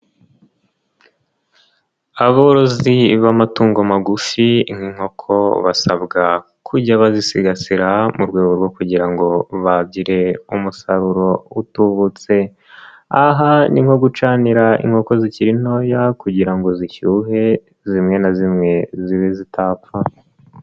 Aborozi b'amatungo magufi nk'inkoko basabwa kujya bazisigasira mu rwego rwo kugira ngo bagire umusaruro utubutse. Aha ni nko gucanira inkoko zikiri ntoya kugira ngo zishyuhe zimwe na zimwe zibe zitapfa.